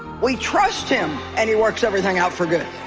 we trust him and he works everything out for good